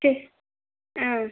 சே ஆ